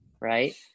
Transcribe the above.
right